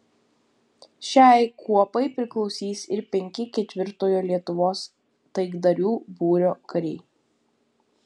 šiai kuopai priklausys ir penki ketvirtojo lietuvos taikdarių būrio kariai